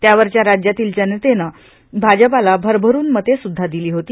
त्यावरच्या राज्यातील जनतेन भाजपाला भरभरून मते सुदधा दिली होती